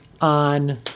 on